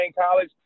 College